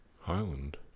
Highland